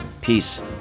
Peace